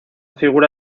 figura